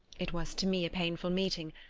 it was to me a painful meeting,